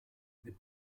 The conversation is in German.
mit